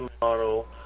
model